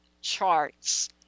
charts